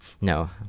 No